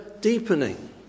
deepening